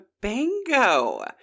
Bingo